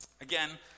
Again